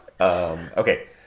Okay